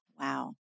Wow